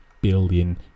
billion